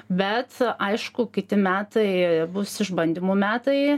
bet aišku kiti metai bus išbandymų metai